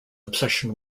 obsession